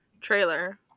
trailer